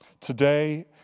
Today